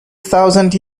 thousand